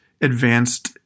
advanced